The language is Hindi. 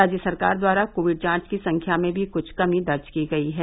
राज्य सरकार द्वारा कोविड जांच की संख्या में भी कुछ कमी दर्ज की गई है